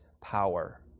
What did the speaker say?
power